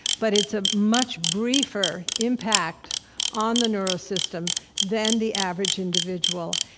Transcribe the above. but it's a much briefer impact on the neurosystem than the average individual,